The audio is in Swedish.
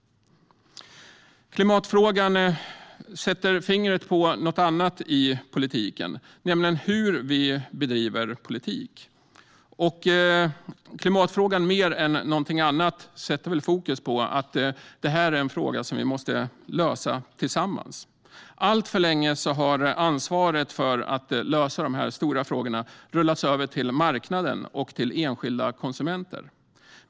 Klimatfrågan sätter fingret på något annat inom politiken, nämligen hur vi bedriver politik. Klimatfrågan mer än något annat sätter fokus på att detta är något vi måste lösa tillsammans. Alltför länge har ansvaret för att lösa dessa stora frågor rullats över till marknaden och enskilda konsumenter.